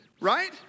right